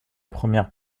première